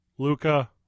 Luca